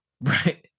right